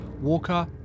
walker